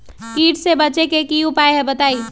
कीट से बचे के की उपाय हैं बताई?